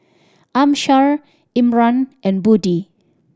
Amsyar Iman and Budi